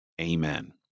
amen